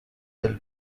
del